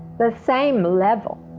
the same level